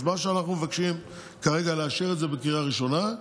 אז מה שאנחנו מבקשים כרגע זה לאשר את זה בקריאה ראשונה.